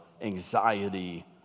Anxiety